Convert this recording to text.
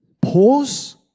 pause